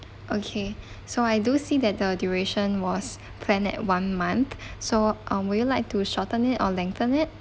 okay so I do see that the duration was planned at one month so uh will you like to shorten it or lengthen it